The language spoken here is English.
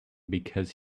because